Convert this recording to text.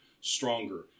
stronger